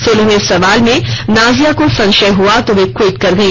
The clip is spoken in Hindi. सोलहवें सवाल में नाजिया को संशय हुआ तो वे क्विट कर गई